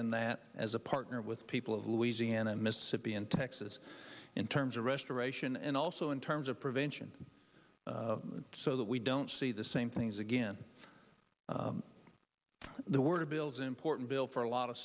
in that as a partner with people of louisiana mississippi and texas in terms of restoration and also in terms of prevention so that we don't see the same things again the word bills important bill for a lot of